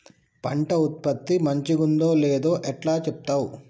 పంట ఉత్పత్తి మంచిగుందో లేదో ఎట్లా చెప్తవ్?